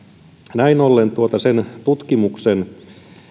näin ollen sen tutkimuksen